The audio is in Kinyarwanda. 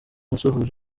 asohora